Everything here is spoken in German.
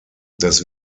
das